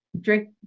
drink